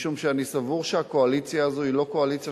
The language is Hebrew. משום שאני סבור שהקואליציה הזו היא לא קואליציה